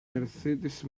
mercedes